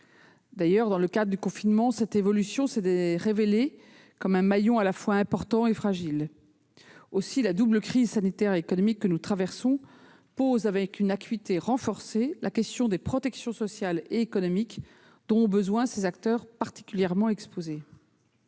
D'ailleurs, dans le cadre du confinement, cette évolution s'est révélée constituer un maillon à la fois important et fragile. Aussi, la double crise, sanitaire et économique, que nous traversons pose avec une acuité renforcée la question des protections sociales et économiques dont ont besoin ces acteurs particulièrement exposés.